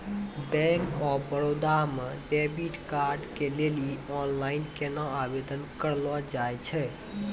Bank of Baroda मे debit card के लेली आनलाइन केना आवेदन करलो जाय छै?